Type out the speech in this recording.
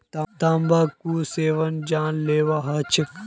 तंबाकूर सेवन जानलेवा ह छेक